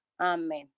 Amen